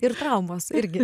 ir traumos irgi